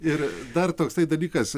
ir dar toksai dalykas